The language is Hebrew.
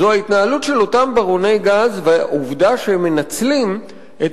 זה ההתנהלות של אותם ברוני גז והעובדה שהם מנצלים את